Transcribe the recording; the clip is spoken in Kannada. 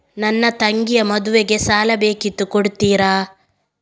ನನ್ನ ತಂಗಿಯ ಮದ್ವೆಗೆ ಸಾಲ ಬೇಕಿತ್ತು ಕೊಡ್ತೀರಾ?